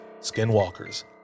skinwalkers